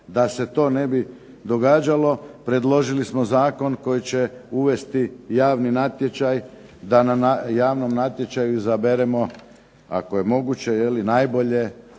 Da se to ne bi događalo, predložili smo zakon koji će uvesti javni natječaj, da na javnom natječaju izaberemo, ako je moguće je li najbolje.